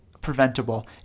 preventable